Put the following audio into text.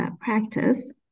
practice